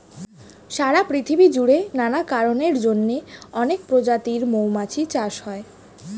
সারা পৃথিবী জুড়ে নানা কারণের জন্যে অনেক প্রজাতির মৌমাছি চাষ হয়